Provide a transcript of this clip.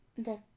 Okay